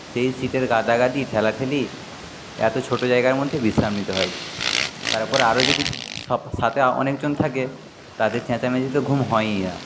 সেই সিটের গাদাগাদি ঠেলাঠেলি এত ছোট জায়গার মধ্যে বিশ্রাম নিতে হয় তারপরে আরও যদি সব সাথে অনেকজন থাকে তাদের চেঁচামেচি তো ঘুম হয়ইনা